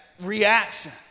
reaction